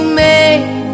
made